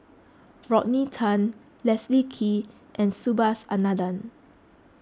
Rodney Tan Leslie Kee and Subhas Anandan